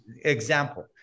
Example